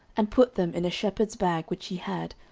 and put them in a shepherd's bag which he had,